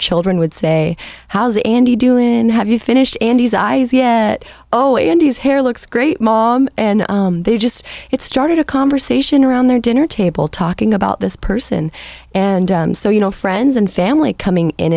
children would say how's that and you do in have you finished andy's eyes yet oh indy's hair looks great mom and they just it started a conversation around their dinner table talking about this person and so you know friends and family coming in